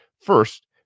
first